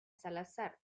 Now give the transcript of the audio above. salazar